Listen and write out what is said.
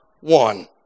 one